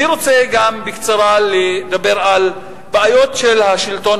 אני רוצה לדבר בקצרה גם על בעיות של השלטון